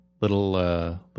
little